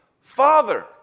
Father